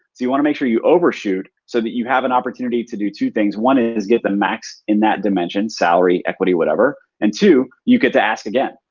you wanna make sure you overshoot so that you have an opportunity to do two things. one is get the max in that dimension. salary, equity, whatever. and two, you get to ask again.